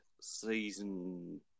Season